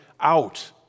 out